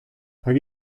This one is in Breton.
hag